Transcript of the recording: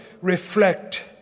reflect